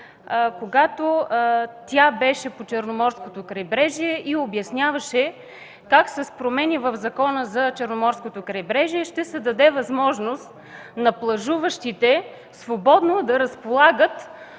когато тя беше по Черноморското крайбрежие и обясняваше как с промени в Закона за Черноморското крайбрежие ще се даде възможност на плажуващите свободно да разполагат